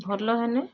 ଭଲ ହେନେ